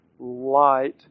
light